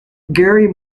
gary